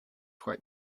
quite